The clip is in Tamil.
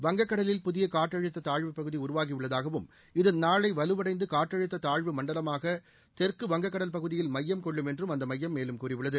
வங்கக்கடலில் புதிய காற்றழுத்த தாழ்வுப்பகுதி உருவாகி உள்ளதாகவும் இது நாளை வலுவடைந்து காற்றழுத்த தாழ்வு மண்டலமாக தெற்கு வங்கக்கடல் பகுதியில் மையம் கொள்ளும் என்றும் அந்த மையம் மேலும் கூறியுள்ளது